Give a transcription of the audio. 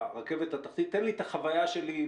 תן לי את החוויה שלי,